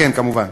כן, כמובן.